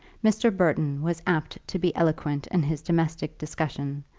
mr. burton was apt to be eloquent in his domestic discussion,